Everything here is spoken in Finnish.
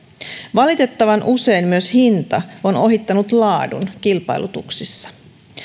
valitettavan usein myös hinta on ohittanut laadun kilpailutuksissa